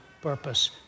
purpose